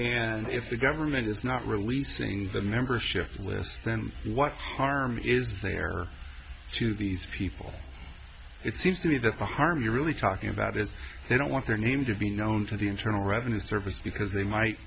and if the government is not releasing the membership lists then what harm is there to these people it seems to me that the harm you're really talking about is they don't want their name to be known to the internal revenue service because they might